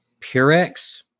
purex